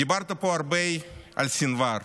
דיברת פה הרבה על סנוואר,